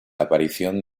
aparición